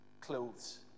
clothes